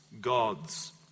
gods